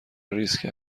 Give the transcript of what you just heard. ریسک